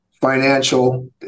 financial